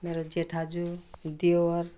मेरो जेठाजु देवर